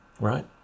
right